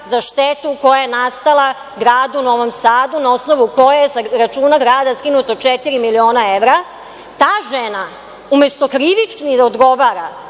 za štetu koja je nastala gradu Novom Sadu na osnovu koje je sa računa grada skinuto četiri miliona evra. Ta žena umesto krivično da odgovara